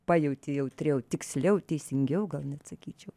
pajauti jautriau tiksliau teisingiau gal net sakyčiau